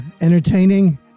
entertaining